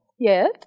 Yes